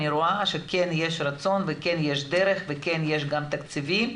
אני רואה שכן יש רצון וכן יש דרך ויש גם תקציבים,